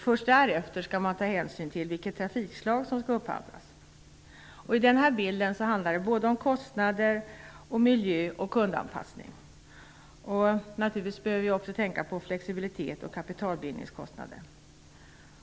Först därefter skall man ta hänsyn till vilket trafikslag som skall upphandlas. Det handlar här om såväl kostnader som miljö och kundanpassning. Naturligtvis behöver vi också tänka på flexibilitet och kapitalbildningskostnader.